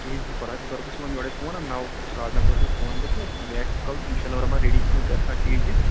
کہیٖنۍ چھُنہٕ پرواے بہٕ کَرو تۄہہِ صُبحن یورے فون نا نو ساڑ نو کَرو تۄہہِ فون بہٕ تہٕ مےٚ آسہِ تیوٗت کال انشاء اللہ رحمٰن ریڑی تھومُت پرٮ۪تھ کانہہ چیٖز یہِ